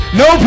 no